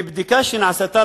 מבדיקה שנעשתה